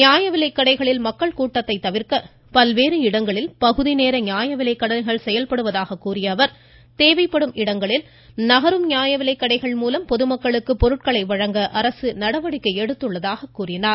நியாயவிலைக்கடைகளில் மக்கள் கூட்டத்தை தவிர்க்க பல்வேறு இடங்களில் பகுதிநேர நியாயவிலைக்கடைகள் செயல்படுவதாக கூறிய அவர் தேவைப்படும் இடங்களில் நகரும் நியாயவிலைக்கடைகள் மூலமும் பொதுமக்களுக்கு பொருட்களை வழங்க அரசு நடவடிக்கை எடுத்துள்ளதாக தெரிவித்தார்